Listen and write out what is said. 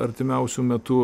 artimiausiu metu